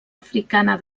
africana